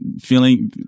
feeling